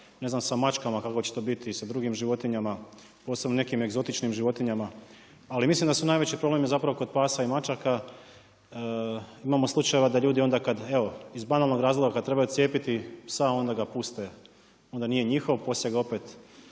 Ne znam sa mačkama kako će to biti i sa drugim životinjama, posebno nekim egzotičnim životinjama. Ali mislim da je zapravo najveći problem kod pasa i mačaka. Imamo slučajeva da ljudi onda kada evo iz banalnog razloga kada trebaju cijepiti psa onda ga puste, onda nije njihov, poslije ga opet